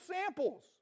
samples